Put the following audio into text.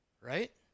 right